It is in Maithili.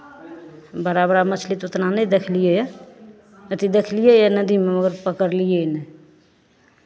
बड़ा बड़ा मछली तऽ उतना नहि देखलियैए अथि देखलियैए नदीमे मगर पकड़लियै नहि